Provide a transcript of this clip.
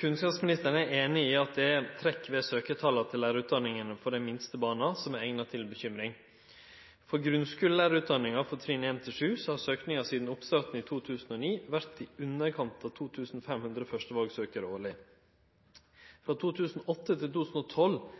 Kunnskapsministeren er einig i at det er trekk ved søkjartala til lærarutdanninga for dei minste barna som er eigna til bekymring. For grunnskulelærarutdanninga for trinn ein til sju har søkinga sidan oppstarten i 2009 vore i